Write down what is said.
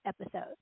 episode